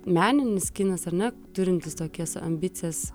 meninis kinas ar ne turintis tokias ambicijas